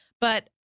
But-